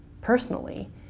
personally